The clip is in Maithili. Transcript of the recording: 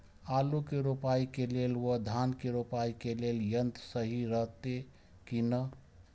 आलु के रोपाई के लेल व धान के रोपाई के लेल यन्त्र सहि रहैत कि ना?